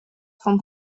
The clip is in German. von